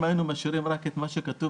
אם היינו משאירים רק את מה שכתוב